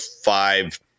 five